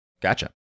Gotcha